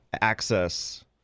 access